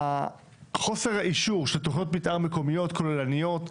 חוסר האישור של תוכניות מתאר מקומיות כוללניות,